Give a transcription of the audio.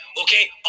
Okay